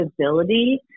ability